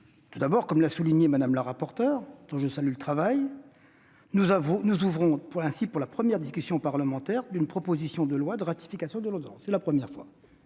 singulier. Comme l'a souligné Mme la rapporteure, dont je salue le travail, nous ouvrons la première discussion parlementaire d'une proposition de loi de ratification d'une ordonnance. C'est la première fois